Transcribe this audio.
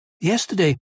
Yesterday